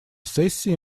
сессии